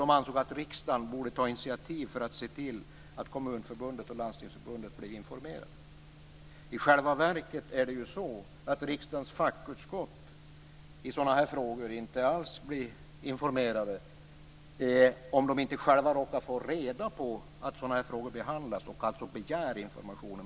De ansåg att riksdagen borde ta initiativ för att se till att Kommunförbundet och Landstingsförbundet blev informerade. I själva verket är det så att riksdagens fackutskott i sådana här frågor inte alls blir informerade, om de inte själva råkar få reda på att sådana här frågor behandlas och alltså begär informationen.